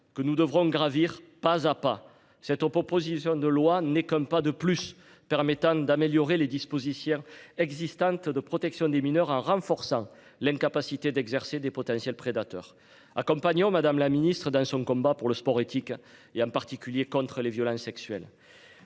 que nous devrons gravir, pas à pas, c'est aux propositions de loi n'est comme pas de plus permettant d'améliorer les dispositions existantes de protection des mineurs en renforçant l'incapacité d'exercer des potentiels prédateurs accompagnant Madame la Ministre dans son combat pour le sport éthique et en particulier contre les violences sexuelles.